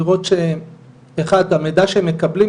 לראות שהמידע שהם מקבלים,